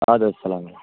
اَدٕ حظ اسلام